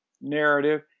narrative